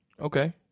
Okay